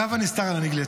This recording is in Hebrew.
רב הנסתר על הנגלה.